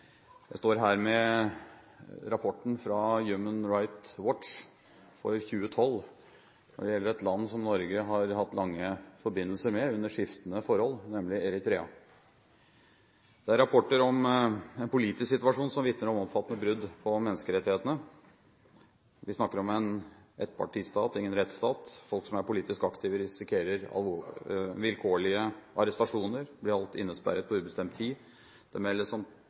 Human Rights Watch for 2012 som gjelder et land som Norge har hatt lange forbindelser med under skiftende forhold, nemlig Eritrea. Det er rapporter om en politisk situasjon som vitner om omfattende brudd på menneskerettighetene. Vi snakker om en ettpartistat – ingen rettsstat. Folk som er politisk aktive, risikerer vilkårlige arrestasjoner, og de blir holdt innesperret på ubestemt tid. Det meldes om